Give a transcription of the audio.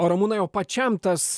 o ramūnai o pačiam tas